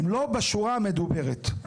הם לא בשורה המדוברת.